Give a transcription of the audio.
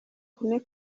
kumi